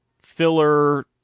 filler